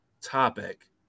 topic